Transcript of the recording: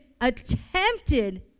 attempted